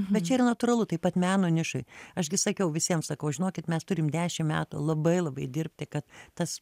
bet čia yra natūralu taip pat meno nišoje aš gi sakiau visiems sakau žinokit mes turim dešimt metų labai labai dirbti kad tas